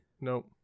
Nope